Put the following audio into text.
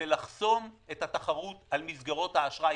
זה לחסום את התחרות על מסגרות האשראי